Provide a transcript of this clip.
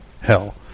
hell